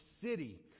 city